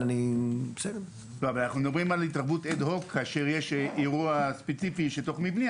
אנחנו מדברים על התערבות כאשר יש אירוע ספציפי תוך מבני,